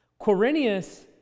Quirinius